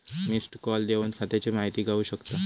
missed call देवन खात्याची माहिती गावू शकता